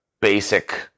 basic